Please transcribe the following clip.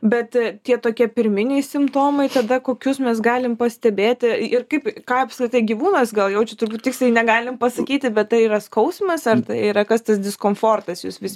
bet tie tokie pirminiai simptomai kada kokius mes galim pastebėti ir kaip ką apskritai gyvūnas gal jaučia turbūt tiksliai negalim pasakyti bet tai yra skausmas ar tai yra kas tas diskomfortas jūs vis